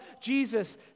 Jesus